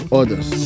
others